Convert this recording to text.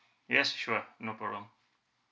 yes sure no problem